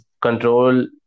control